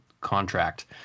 contract